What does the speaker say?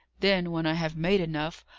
then, when i have made enough,